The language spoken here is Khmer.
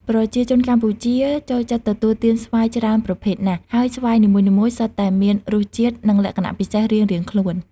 ប្រជាជនកម្ពុជាចូលចិត្តទទួលទានស្វាយច្រើនប្រភេទណាស់ ហើយស្វាយនីមួយៗសុទ្ធតែមានរសជាតិ និងលក្ខណៈពិសេសរៀងៗខ្លួន។